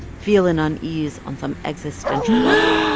feel an unease on some existential level.